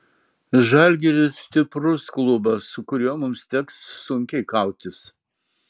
žalgiris stiprus klubas su kuriuo mums teks sunkiai kautis